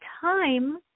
time